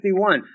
51